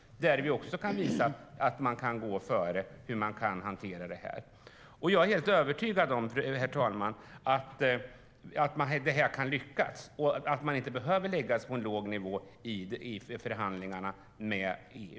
Där kan vi visa hur man kan hantera det. Jag är helt övertygad, herr talman, om att det här kan lyckas. Man behöver inte lägga sig på en låg nivå i förhandlingarna i EU.